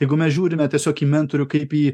jeigu mes žiūrime tiesiog į mentorių kaip į